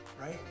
right